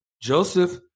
Joseph